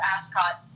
Ascot